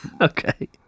Okay